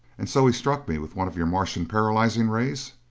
and so he struck me with one of your martian paralyzing rays!